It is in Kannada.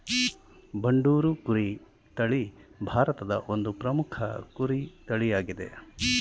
ಬಂಡೂರು ಕುರಿ ತಳಿ ಭಾರತದ ಒಂದು ಪ್ರಮುಖ ಕುರಿ ತಳಿಯಾಗಿದೆ